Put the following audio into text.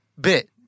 bit